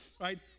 right